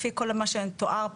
לפי כל מה שתואר פה,